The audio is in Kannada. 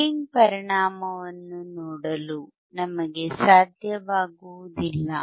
ಲೋಡಿಂಗ್ ಪರಿಣಾಮವನ್ನು ನೋಡಲು ನಮಗೆ ಸಾಧ್ಯವಾಗುವುದಿಲ್ಲ